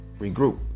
Regroup